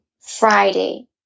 Friday